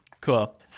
Cool